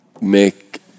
make